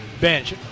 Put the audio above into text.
bench